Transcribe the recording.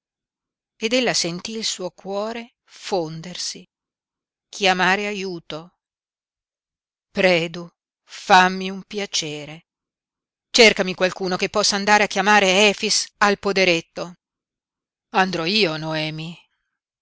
ed ella sentí il suo cuore fondersi chiamare aiuto predu fammi un piacere cercami qualcuno che possa andare a chiamare efix al poderetto andrò io noemi